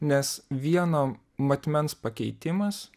nes vieno matmens pakeitimas